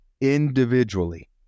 individually